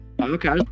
Okay